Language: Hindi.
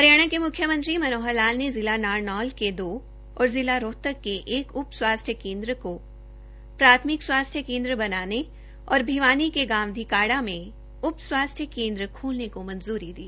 हरियाणा के म्ख्यमंत्री मनोहर लाल ने जिला नारनौल के दो और जिला रोहतक के एक उप स्वास्थ्य केन्द्र के प्राथमिक स्वास्थ्य केन्द्र बनाने और भिवानी के गांव धिकाड़ा में उप स्वाथ्स्य केन्द्र खोलने को मंजूरी दी